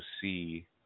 see